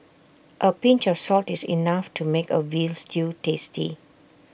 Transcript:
A pinch of salt is enough to make A Veal Stew tasty